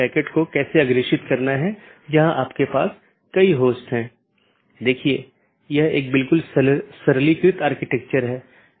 दो जोड़े के बीच टीसीपी सत्र की स्थापना करते समय BGP सत्र की स्थापना से पहले डिवाइस पुष्टि करता है कि BGP डिवाइस रूटिंग की जानकारी प्रत्येक सहकर्मी में उपलब्ध है या नहीं